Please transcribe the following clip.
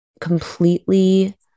completely